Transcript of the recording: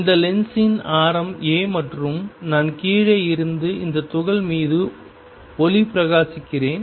இந்த லென்ஸின் ஆரம் a மற்றும் நான் கீழே இருந்து இந்த துகள் மீது ஒளி பிரகாசிக்கிறேன்